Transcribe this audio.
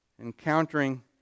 encountering